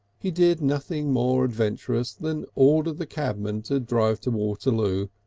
he did nothing more adventurous than order the cabman to drive to waterloo,